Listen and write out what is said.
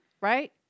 right